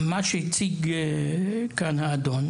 מה שהציג כאן האדון,